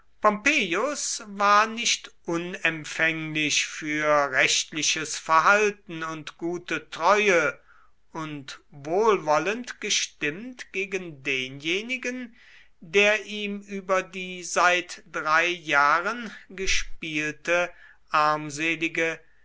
war nicht unempfänglich für rechtliches verhalten und gute treue und wohlwollend gestimmt gegen denjenigen der ihm über die seit drei jahren gespielte armselige